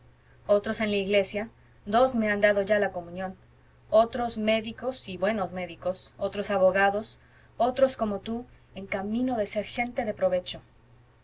puestos de la política los que fueron más desaplicados muchos no pasaron del quis vel quid otros en la iglesia dos me han dado ya la comunión otros médicos y buenos médicos otros abogados otros como tú en camino de ser gente de provecho